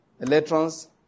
electrons